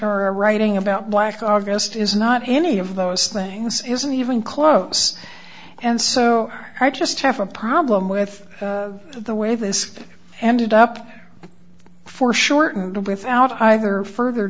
a writing about black august is not any of those things isn't even close and so i just have a problem with the way this ended up foreshortened without either further